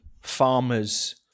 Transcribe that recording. farmers